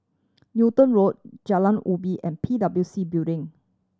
Newton Road Jalan Ubin and P W C Building